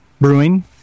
brewing